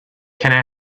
can